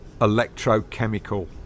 electrochemical